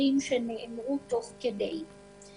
האחרים שנאמרו תוך כדי.